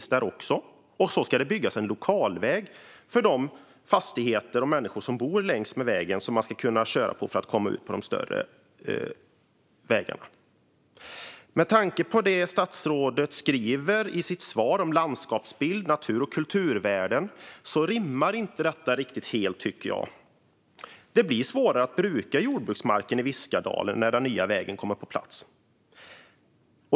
Sedan ska det byggas en lokalväg för de fastigheter som finns och de människor som bor längs med vägen, som man ska kunna köra på för att komma ut på de större vägarna. Med tanke på det statsrådet säger i sitt svar om landskapsbild och natur och kulturvärden tycker jag inte det rimmar riktigt. Det blir svårare att bruka jordbruksmarken i Viskadalen när den nya vägen kommer på plats.